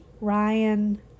Ryan